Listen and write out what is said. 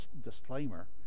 disclaimer